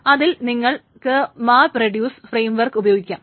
അതിൽ നിങ്ങൾക്ക് map reduce framework ഉപയോഗിക്കാം